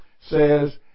says